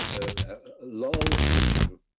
ah ah long fiction